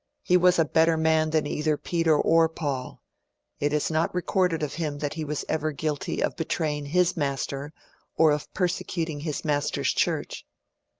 he was a better man than either peter or paul it is not recorded of him that he was ever guilty of betraying his master or of per secuting his master's church.